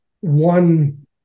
one